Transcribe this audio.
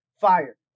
Fire